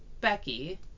Becky